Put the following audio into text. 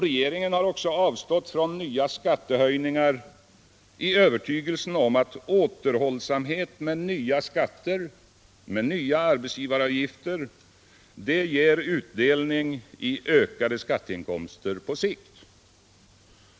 Regeringen har också avstått från nya skattehöjningar i övertygelsen om att återhållsamhet med nya skatter och arbetsgivaravgifter ger utdelning i ökade skatteinkomster på sikt.